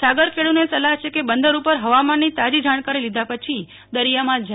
સાગર ખેડુને સલાહ છે કે બંદર ઉપર હવામાનની તાજી જાણકારી લીધા પછી દરિયામાં જાય